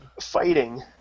fighting